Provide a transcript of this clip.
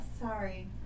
sorry